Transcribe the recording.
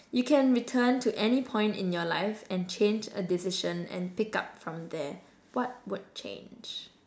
you can return to any point in your life and change a decision and pick up from there what would change